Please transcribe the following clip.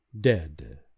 dead